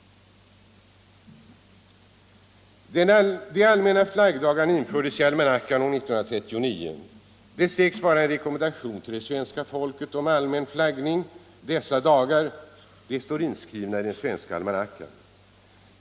De allmänna flaggdagarna infördes i almanackan år 1939. Det sägs vara en rekommendation till det svenska folket om allmän flaggning dessa dagar. De står inskrivna i den svenska almanackan.